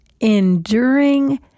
enduring